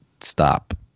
stop